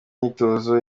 myitozo